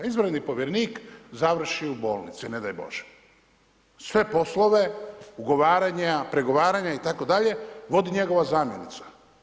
Izvanredni povjerenik završi u bolnici, ne daj Bože, sve poslove, ugovaranja, pregovaranja itd. vodi njegova zamjenica.